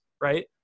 Right